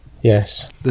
Yes